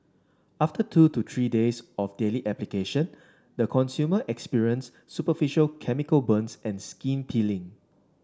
after two to three days of daily application the consumer experienced superficial chemical burns and skin peeling